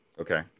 Okay